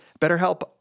BetterHelp